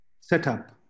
setup